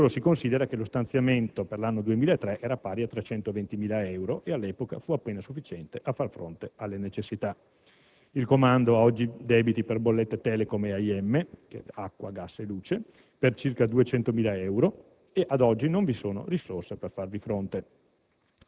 se solo si considera che lo stanziamento per l'anno 2003 era pari a 320.000 euro e all'epoca fu appena sufficiente a far fronte alle necessità. Il Comando ha oggi debiti per bollette Telecom e AIM (acqua, gas e luce) per circa 200.000 euro e, ad oggi, non vi sono risorse per farvi fronte.